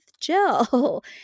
Jill